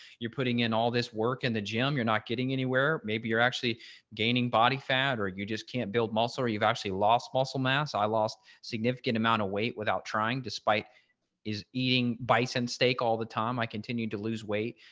you're putting in all this work in the gym, you're not getting anywhere, maybe you're actually gaining body fat, or you just can't build muscle or you've actually lost muscle mass, i lost significant amount of weight without trying despite his eating bison steak all the time, i continue to lose weight.